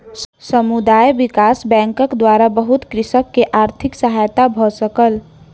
समुदाय विकास बैंकक द्वारा बहुत कृषक के आर्थिक सहायता भ सकल